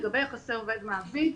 לגבי יחסי עובד-מעביד,